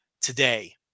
today